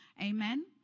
Amen